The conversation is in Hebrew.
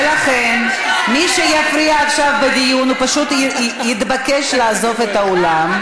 ולכן מי שיפריע עכשיו בדיון פשוט יתבקש לעזוב את האולם.